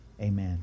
Amen